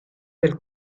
del